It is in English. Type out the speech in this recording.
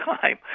time